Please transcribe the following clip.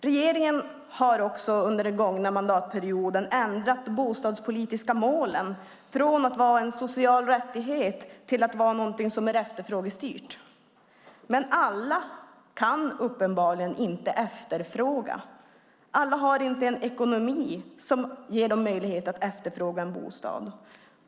Regeringen har också under den gångna mandatperioden ändrat de bostadspolitiska målen från att bostaden är en social rättighet till att den är något efterfrågestyrt. Men alla kan uppenbarligen inte efterfråga. Inte alla har en ekonomi som ger dem möjlighet att efterfråga en bostad.